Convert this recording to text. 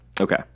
Okay